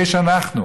אנחנו,